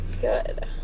good